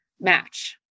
match